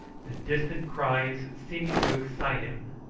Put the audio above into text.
the distant cries seeming to excite him.